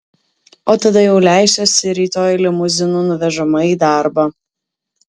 o tada jau leisiuosi rytoj limuzinu nuvežama į darbą